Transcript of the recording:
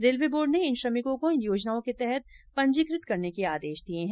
railway board ने इन श्रमिकों को इन योजनाओं के तहत पंजीकृत करने के आदेश दिए हैं